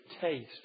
taste